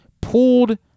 pulled